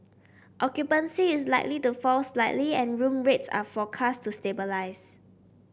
occupancy is likely to fall slightly and room rates are forecast to stabilise